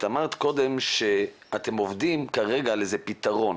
אמרת קודם שאתם עובדים כרגע על איזה פתרון.